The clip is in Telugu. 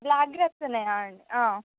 బ్లాక్ గ్రేప్స్ ఉన్నాయా